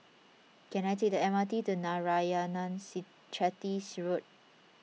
can I take the M R T to Narayanan Chetty Road